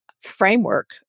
framework